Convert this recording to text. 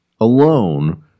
alone